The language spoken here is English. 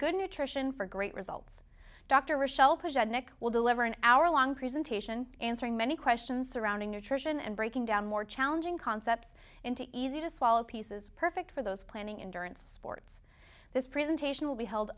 good nutrition for great results dr michelle will deliver an hour long presentation answering many questions surrounding nutrition and breaking down more challenging concepts into easy to swallow pieces perfect for those planning insurance sports this presentation will be held